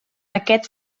aquest